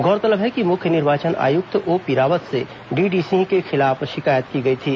गौरतलब है कि मुख्य निर्वाचन आयुक्त ओपी रावत से डीडी सिंह के खिलाफ शिकायत की गई थी